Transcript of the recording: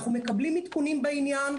אנחנו מקבלים עדכונים בעניין.